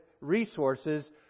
resources